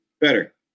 Better